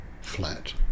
flat